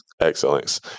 excellence